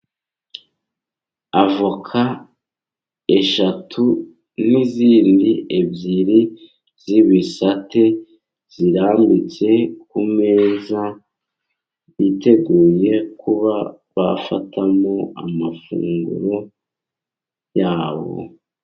Avoka eshatu, n'izindi ebyiri z'ibisate zirambitse ku meza, biteguye kuba bafatamo amafunguro yabo.